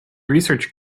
research